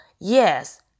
yes